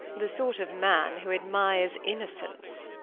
the sort of man who admires innocence.